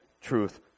truth